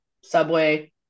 Subway